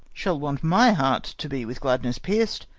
shall want my heart to be with gladness pierc'd,